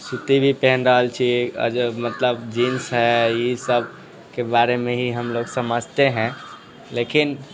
सूती भी पहिन रहल छी आओर जे मतलब जींस है ई सबके बारेमे ही हमलोग समझते है लेकिन